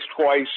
twice